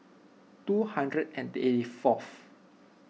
two hundred and eighty fourth